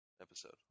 episode